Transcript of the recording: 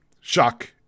Shock